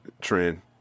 trend